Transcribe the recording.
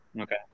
Okay